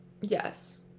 Yes